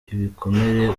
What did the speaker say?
ibikomere